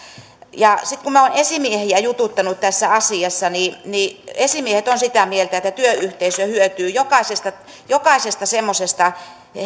ja kun minä olen esimiehiä jututtanut tässä asiassa niin niin esimiehet ovat sitä mieltä että työyhteisö hyötyy monella tavalla jokaisesta semmoisesta